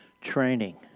training